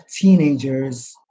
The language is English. teenagers